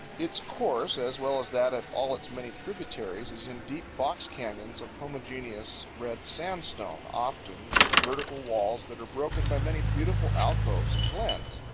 its course, as well as that of all its many tributaries, is in deep box-canyons of homogeneous red sandstone, often with vertical walls that are broken by many beautiful alcoves and glens.